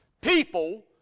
People